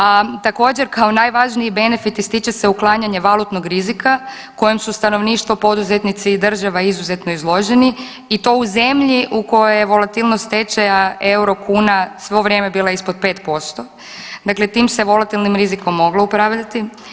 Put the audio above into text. A, također, kao najvažniji benefit ističe se uklanjanje valutnog rizika kojem su stanovništvo, poduzetnici i država izuzetno izloženi i to u zemlji u kojoj je volatilnost tečaja euro-kuna svo vrijeme bila ispod 5%, dakle tim se volatilnim rizikom moglo upravljati.